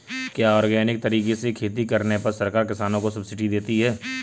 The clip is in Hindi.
क्या ऑर्गेनिक तरीके से खेती करने पर सरकार किसानों को सब्सिडी देती है?